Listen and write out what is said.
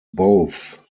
both